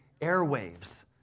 airwaves